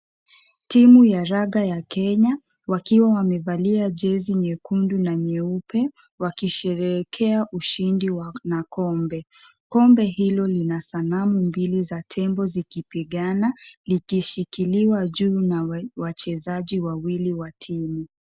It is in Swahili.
Timu ya raga ya Kenya wakiwa wamevalia jezi nyekundu na nyeupe wakisherehekea ushindi na kombe. Kombe hilo lina sanamu mbili za tembo zikipigana likishikiliwa juu na wachezaji wawili wa timu.